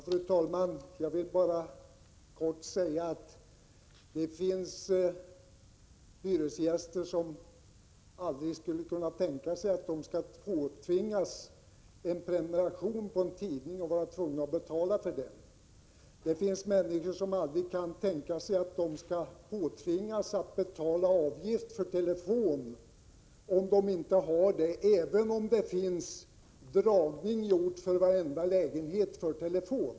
Fru talman! Kort vill jag säga att det finns hyresgäster som aldrig skulle kunna tänka sig att bli påtvingade en prenumeration på en tidning och vara tvungna att betala för den. Det finns människor som aldrig kan tänka sig att tvingas betala avgift för telefon när de inte har telefon, även om det är ledningsdragning gjord för telefon till varenda lägenhet.